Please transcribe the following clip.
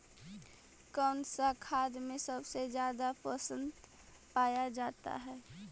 कौन सा खाद मे सबसे ज्यादा पोषण पाया जाता है?